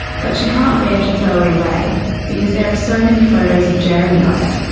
but she can't bear to throw it away because there are so many photos of jeremy on it,